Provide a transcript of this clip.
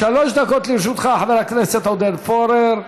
שלוש דקות לרשותך, חבר הכנסת עודד פורר.